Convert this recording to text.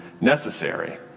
necessary